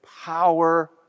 power